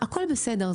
הכול בסדר,